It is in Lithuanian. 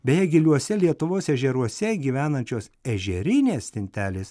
beje giliuose lietuvos ežeruose gyvenančios ežerinės stintelės